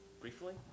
briefly